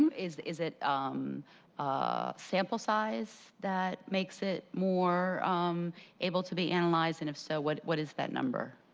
um is is it um ah sample size that makes it more able to be analyzed and if so what what is that number?